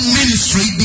ministry